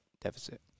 deficit